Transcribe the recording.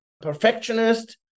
perfectionist